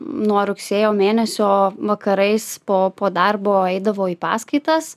nuo rugsėjo mėnesio vakarais po po darbo eidavau į paskaitas